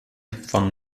von